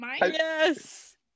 Yes